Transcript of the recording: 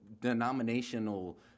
denominational